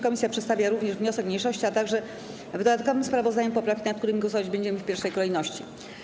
Komisja przedstawia również wniosek mniejszości, a także - w dodatkowym sprawozdaniu - poprawki, nad którymi głosować będziemy w pierwszej kolejności.